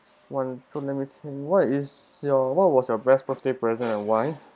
one so let me think what is your what was your best birthday present and why